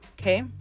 okay